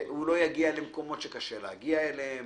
והוא לא יגיע למקומות שקשה להגיע אליהם,